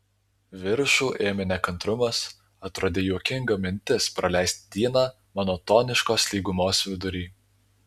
viršų ėmė nekantrumas atrodė juokinga mintis praleisti dieną monotoniškos lygumos vidury